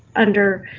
under